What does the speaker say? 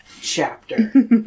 chapter